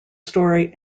story